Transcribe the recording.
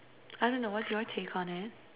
I don't know what's your take on it